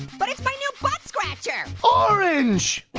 but it's my new buttscratcher. orange!